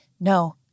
no